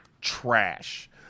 trash